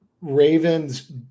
Ravens –